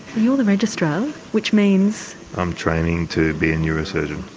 you're the registrar, which means? i'm training to be a neurosurgeon.